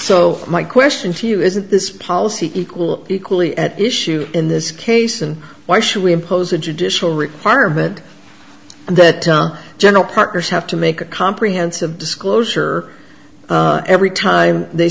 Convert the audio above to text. so my question to you is that this policy equal equally at issue in this case and why should we impose a judicial requirement that general partners have to make a comprehensive disclosure every time they